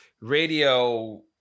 radio